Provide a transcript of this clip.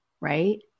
right